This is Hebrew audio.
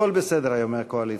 הכול בסדר היום בקואליציה.